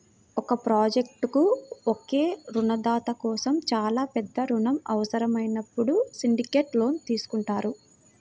ఒక ప్రాజెక్ట్కు ఒకే రుణదాత కోసం చాలా పెద్ద రుణం అవసరమైనప్పుడు సిండికేట్ లోన్ తీసుకుంటారు